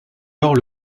lors